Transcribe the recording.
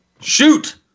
Shoot